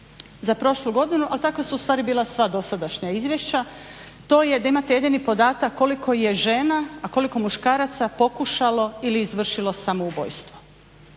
za prošlu godinu, ali takva su ustvari bila sva dosadašnja izvješća, to je da imate jedini podatak koliko je žena, a koliko muškaraca pokušalo ili izvršilo samoubojstvo.